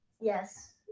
Yes